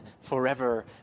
forever